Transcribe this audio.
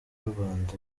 rwanda